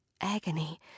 agony